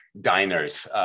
diners